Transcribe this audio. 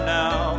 now